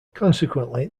consequently